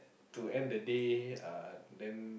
to end the day uh then